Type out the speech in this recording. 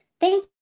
Thank